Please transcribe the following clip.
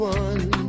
one